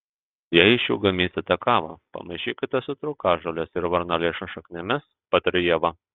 jei iš jų gaminsite kavą pamaišykite su trūkažolės ir varnalėšos šaknimis pataria ieva